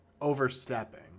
overstepping